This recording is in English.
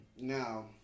Now